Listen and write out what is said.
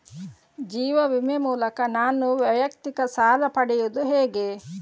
ಜೀವ ವಿಮೆ ಮೂಲಕ ನಾನು ವೈಯಕ್ತಿಕ ಸಾಲ ಪಡೆಯುದು ಹೇಗೆ?